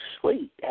sweet